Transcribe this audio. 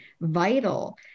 vital